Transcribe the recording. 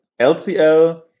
LCL